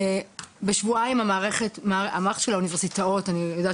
בשבועיים המערכת של האוניברסיטאות, אני יודעת